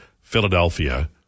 Philadelphia